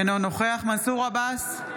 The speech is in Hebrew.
אינו נוכח מנסור עבאס,